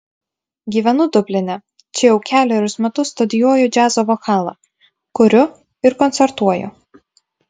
gyvenu dubline čia jau kelerius metus studijuoju džiazo vokalą kuriu ir koncertuoju